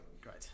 great